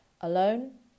alone